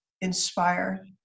inspire